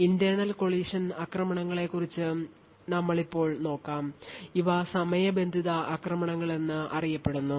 internal collision ആക്രമണങ്ങളെക്കുറിച്ച് ഞങ്ങൾ ഇപ്പോൾ നോക്കാം ഇവ സമയബന്ധിത ആക്രമണങ്ങൾ എന്ന് ശരിയായി അറിയപ്പെടുന്നു